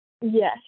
Yes